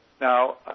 Now